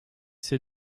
ses